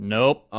Nope